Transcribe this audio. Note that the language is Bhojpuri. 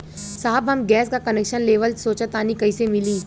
साहब हम गैस का कनेक्सन लेवल सोंचतानी कइसे मिली?